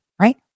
right